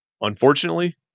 Unfortunately